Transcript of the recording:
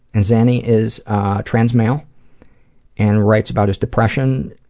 and so xanni is trans-male and writes about his depression.